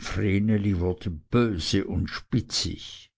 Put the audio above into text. wurde böse und spitzig